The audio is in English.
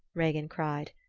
regin cried.